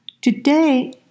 Today